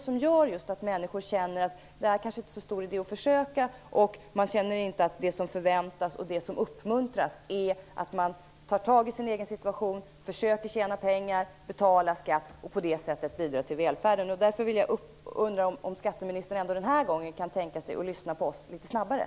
Det gör att människor känner att det kanske inte är så stor idé att försöka och de känner inte att det som förväntas och uppmuntras är att ta tag i sin egen situation, att försöka tjäna pengar, betala skatt och på det sättet bidra till välfärden. Därför undrar jag om skatteministern denna gång kan tänka sig att lyssna på oss litet bättre?